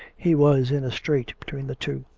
he was in a strait between the two.